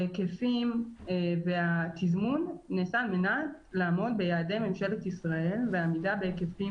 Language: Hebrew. ההיקפים והתזמון נעשו על מנת לעמוד ביעדי ממשלת ישראל ועמידה בהיקפים